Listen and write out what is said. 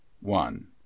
one